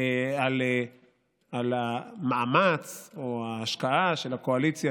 על המאמץ או ההשקעה של הקואליציה,